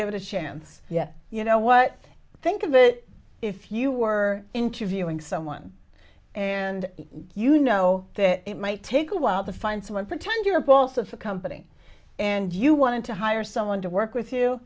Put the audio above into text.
give it a chance yeah you know what i think of it if you were interviewing someone and you know that it might take a while to find someone pretend you're also for company and you want to hire someone to work with you